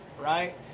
right